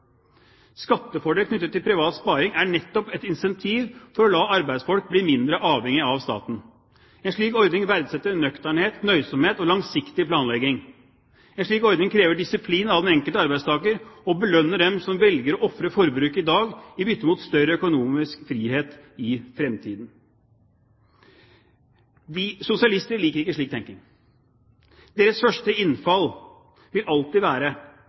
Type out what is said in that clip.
Skattefordel knyttet til privat sparing er nettopp et incentiv for å la arbeidsfolk bli mindre avhengig av staten. En slik ordning verdsetter nøkternhet, nøysomhet og langsiktig planlegging. En slik ordning krever disiplin av den enkelte arbeidstaker og belønner dem som velger å ofre forbruket i dag i bytte mot større økonomisk frihet i fremtiden. Sosialister liker ikke slik tenkning. Deres første innfall vil alltid være: